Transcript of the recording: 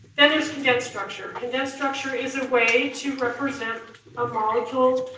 then there's condensed structure. condensed structure is a way to represent a molecule,